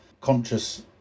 conscious